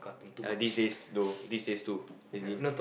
uh these days do these days do as in